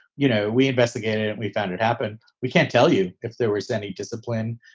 you know, we investigated, and we found it happened. we can't tell you if there was any discipline.